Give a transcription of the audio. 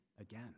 again